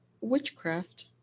witchcraft